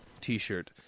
t-shirt